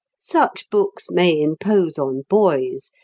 such books may impose on boys,